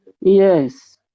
Yes